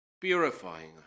purifying